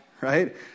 right